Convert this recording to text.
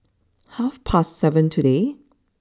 half past seven today